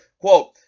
quote